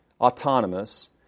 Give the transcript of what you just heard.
autonomous